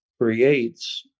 creates